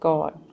God